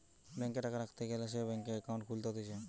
ব্যাংকে টাকা রাখতে গ্যালে সে ব্যাংকে একাউন্ট খুলতে হতিছে